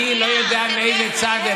אני לא יודע לאיזה צד,